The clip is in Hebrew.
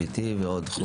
CBT וכו'.